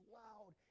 loud